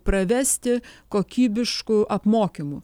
pravesti kokybiškų apmokymų